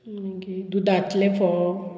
दुदांतले फोव